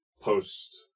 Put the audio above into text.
post